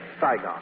Saigon